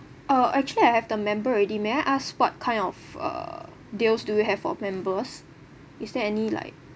uh actually I have the member already may I ask what kind of uh deals do you have for members is there any like